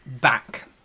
back